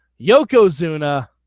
Yokozuna